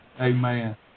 Amen